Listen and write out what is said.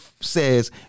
says